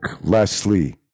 Leslie